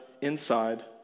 inside